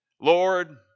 Lord